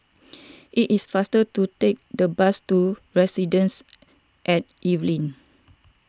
it is faster to take the bus to Residences at Evelyn